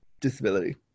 disability